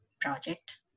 project